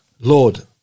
Lord